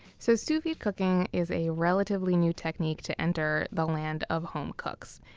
so sous vide cooking is a relatively new technique to enter the land of home cooks.